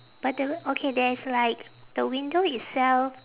but the okay there's like the window itself